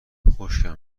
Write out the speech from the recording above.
خشکم